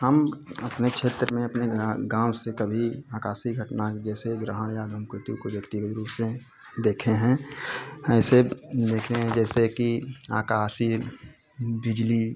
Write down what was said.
हम अपने क्षेत्र में अपने गाँव से कभी आकाशी घटना जैसे ग्रहण या धूमकेतु को व्यक्तिगत रूप से देखे हैं ऐसे देखे हैं जैसे कि आकाशीय बिजली